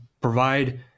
provide